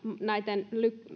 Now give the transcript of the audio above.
näitten